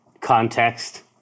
context